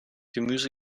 gemüse